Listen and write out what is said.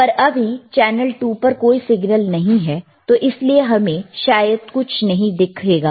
पर अभी चैनल 2 पर कोई सिग्नल नहीं है तो इसलिए हमें शायद कुछ नहीं दिखेगा